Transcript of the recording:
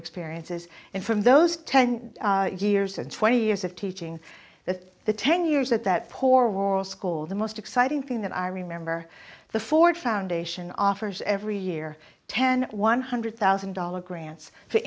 experiences and from those ten years and twenty years of teaching that the ten years that that poor school the most exciting thing that i remember the ford foundation offers every year ten one hundred thousand dollars grants for